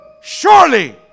surely